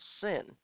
sin